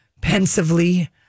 pensively